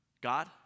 God